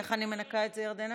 יש מישהו שלא הצביע?